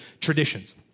traditions